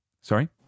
sorry